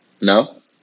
No